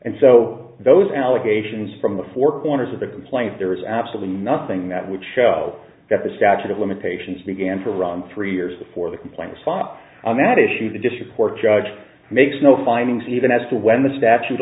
and so those allegations from the four corners of the complaint there is absolutely nothing that would show that the statute of limitations began to run three years before the complaint response on that issue the district court judge makes no findings even as to when the statute